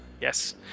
Yes